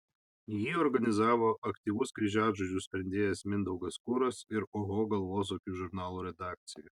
jį organizavo aktyvus kryžiažodžių sprendėjas mindaugas kuras ir oho galvosūkių žurnalų redakcija